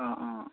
অঁ অঁ